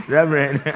Reverend